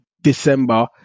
December